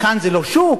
"כאן זה לא שוק",